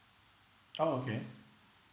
oh okay